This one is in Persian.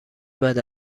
بعد